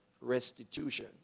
restitution